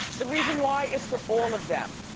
the reason why is for all of them.